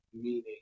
meaning